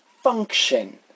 function